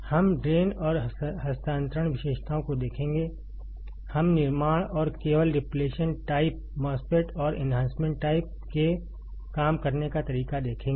हम ड्रेन और हस्तांतरण विशेषताओं को देखेंगे हम निर्माण और केवल डिप्लेशन टाइप MOSFET और एन्हांसमेंट टाइप के काम करने का तरीका देखेंगे